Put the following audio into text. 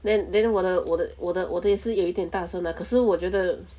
then then 我的我的我的我的也是有一点大声 ah 可是我觉得